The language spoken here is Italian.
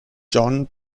john